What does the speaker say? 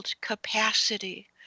capacity